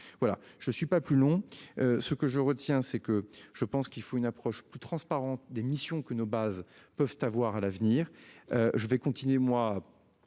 voilà, je ne suis pas plus long. Ce que je retiens c'est que je pense qu'il faut une approche plus transparentes des missions que nos bases peuvent avoir à l'avenir. Je vais continuer, moi.